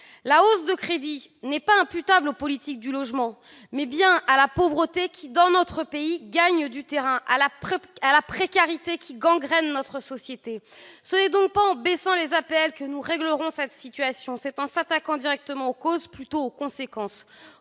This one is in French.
la hausse de crédits est imputable non pas aux politiques du logement, mais bien à la pauvreté qui gagne du terrain dans notre pays et à la précarité qui gangrène notre société. Ce n'est donc pas en baissant les APL que nous réglerons cette situation ; c'est en s'attaquant directement aux causes, plutôt qu'aux conséquences.